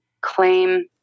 claim